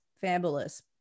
fabulous